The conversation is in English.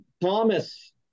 Thomas